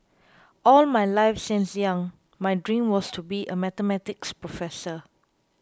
all my life since young my dream was to be a Mathematics professor